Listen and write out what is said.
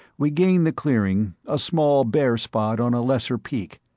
we gained the clearing, a small bare spot on a lesser peak,